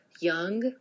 young